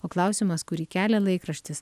o klausimas kurį kelia laikraštis